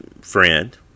friend